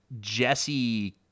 jesse